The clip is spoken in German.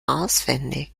auswendig